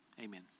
Amen